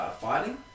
fighting